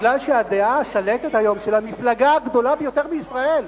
בגלל שהדעה השלטת היום של המפלגה הגדולה ביותר בישראל,